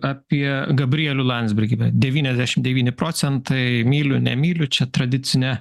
apie gabrielių landsbergį ben devyniasdešim devyni procentai myliu nemyliu čia tradicinė